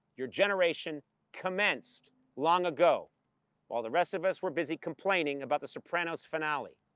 your generation commenced long ago while the rest of us were busy complaining about the sopranos finale.